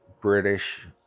British